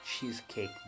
cheesecake